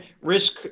risk